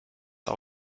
all